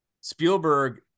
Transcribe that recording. Spielberg